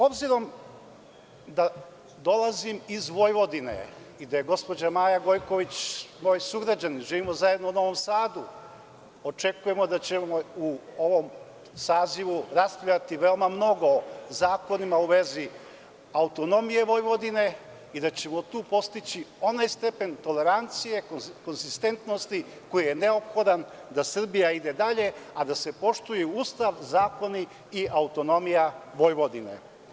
Obzirom da dolazim iz Vojvodine i da je gospođa Maja Gojković moj sugrađanin, živimo zajedno u Novom Sadu, očekujemo da ćemo u ovom sazivu raspravljati veoma mnogo o zakonima u vezi autonomije Vojvodine i da ćemo tu postići onaj stepen tolerancije, konzistentnosti koji je neophodan da Srbija ide dalje, a da se poštuju Ustav, zakoni i autonomija Vojvodine.